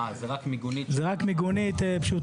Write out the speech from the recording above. אה, זה רק מיגונית --- זה רק מיגונית פשוטה.